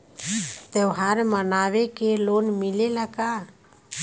त्योहार मनावे के लोन मिलेला का?